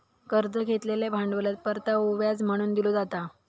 कर्ज घेतलेल्या भांडवलात परतावो व्याज म्हणून दिलो जाता